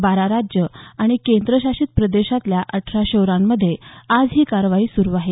बारा राज्यं आणि केंद्रशासीत प्रदेशातल्या अठरा शहरांमध्ये आज ही कारवाई सुरू आहे